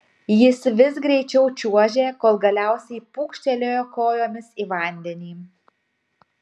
jis vis greičiau čiuožė kol galiausiai pūkštelėjo kojomis į vandenį